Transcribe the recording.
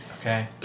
Okay